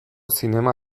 zinema